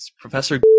professor